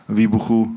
výbuchu